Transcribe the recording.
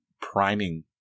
priming